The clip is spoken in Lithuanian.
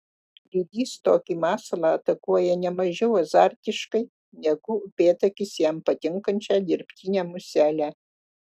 lydys tokį masalą atakuoja ne mažiau azartiškai negu upėtakis jam patinkančią dirbtinę muselę